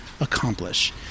accomplish